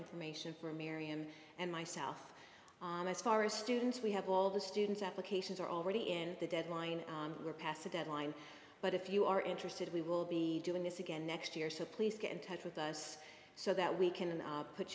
information for miriam and myself students we have all the students applications are already in the deadline we're past the deadline but if you are interested we will be doing this again next year so please get in touch with us so that we can put